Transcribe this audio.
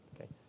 okay